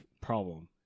problem